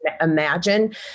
imagine